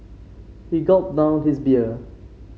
he gulped down his beer